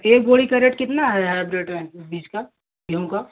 एक बोरी का रेट कितना है हैब्रिड बीज का गेहूँ का